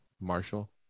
Marshall